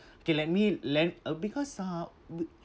okay let me le~ uh because ah